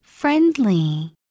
Friendly